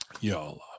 Y'all